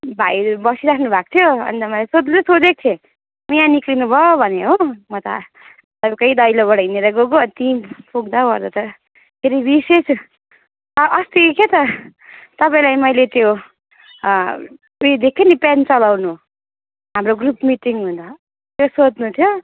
भाइहरू बसिराख्नुभएको थियो अनि त मैले सोध्नु त सोधेको थिएँ मैया निक्लिनुभयो भने हो म त अरूकै दैलोबाट हिँडेर गएको अनि त्यहीँ पुग्दावर्दा त के अरे बिर्सिएँ त अँ अस्ति के त तपाईँलाई मैले त्यो पे दिएको थिएँ नि पेन चलाउनु हाम्रो ग्रुप मिटिङ हुँदा त्यही सोध्नु थियो